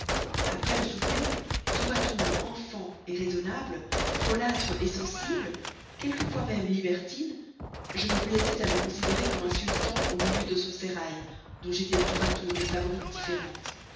après le souper tour à tour enfant raisonnable folâtre sensible quelquefois même libertine je me plaisais à le considérer comme un sultan au milieu de son sérail dont j'étais tour à tour les favorites différentes